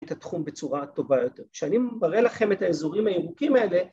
את התחום בצורה הטובה יותר. כשאני מראה לכם את האזורים הירוקים האלה